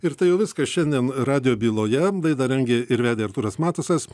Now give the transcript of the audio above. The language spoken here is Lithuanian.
ir tai jau viskas šiandien radijo byloje laidą rengė ir vedė artūras matusas